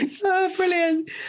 brilliant